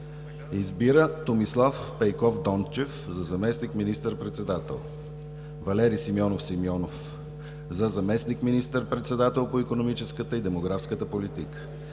1.Избира: - Томислав Пейков Дончев за заместник министър-председател, - Валери Симеонов Симеонов – за заместник министър-председател по икономическата и демографската политика,